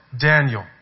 Daniel